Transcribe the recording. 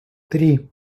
три